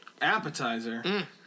appetizer